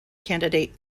candidate